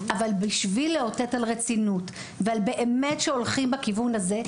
אבל בשביל לאותת על רצינות ועל כך שבאמת הולכים בכיוון הזה,